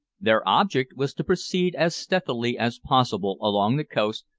their object was to proceed as stealthily as possible along the coast,